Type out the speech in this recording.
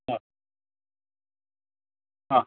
അ ആ